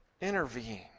intervene